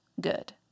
good